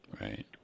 Right